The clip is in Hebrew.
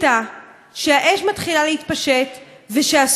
שהאש מתחילה להתפשט ושהאסון הזה מתחיל.